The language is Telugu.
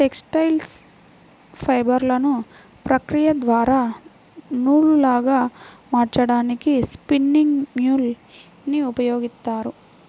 టెక్స్టైల్ ఫైబర్లను ప్రక్రియ ద్వారా నూలులాగా మార్చడానికి స్పిన్నింగ్ మ్యూల్ ని ఉపయోగిస్తారు